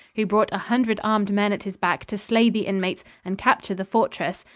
who brought a hundred armed men at his back to slay the inmates and capture the fortress,